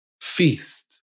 Feast